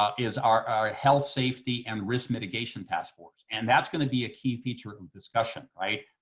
ah is our our health safety and risk mitigation task force. and that's going to be a key feature of discussion, right?